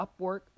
Upwork